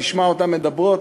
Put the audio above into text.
תשמע אותן מדברות,